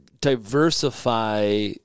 diversify